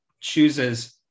chooses